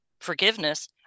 forgiveness